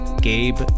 Gabe